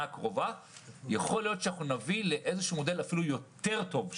הקרובה יכול להיות שאנחנו נביא לאיזשהו מודל אפילו טוב יותר.